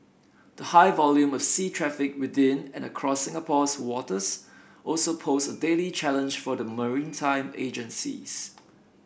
the high volume of sea traffic within and across Singapore's waters also pose a daily challenge for the maritime agencies